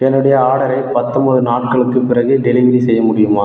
என்னுடைய ஆர்டரை பத்தொன்பது நாட்களுக்குப் பிறகு டெலிவரி செய்ய முடியுமா